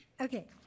Okay